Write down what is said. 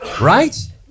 right